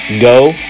Go